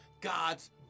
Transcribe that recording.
God's